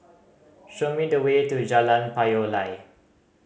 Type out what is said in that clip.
show me the way to Jalan Payoh Lai